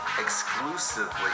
exclusively